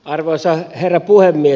arvoisa herra puhemies